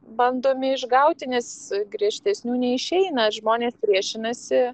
bandome išgauti nes griežtesnių neišeina žmonės priešinasi